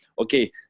okay